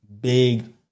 big